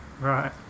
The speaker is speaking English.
right